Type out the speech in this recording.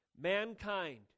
Mankind